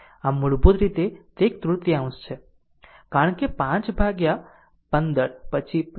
આમ મૂળભૂત રીતે તે એક તૃતીયાંશ છે કારણ કે 5 ભાગ્યા 15 પછી 4 0